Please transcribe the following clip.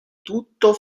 tutto